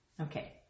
Okay